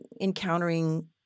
encountering